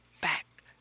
back